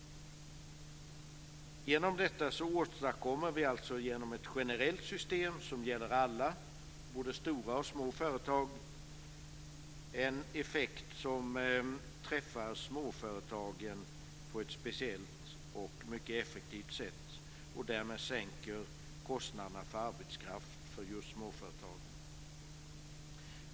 Genom detta åstadkommer vi med ett generellt system som gäller alla företag, både små och stora, en effekt som träffar småföretagen på ett speciellt och mycket effektivt sätt och som därmed sänker småföretagens arbetskraftskostnader.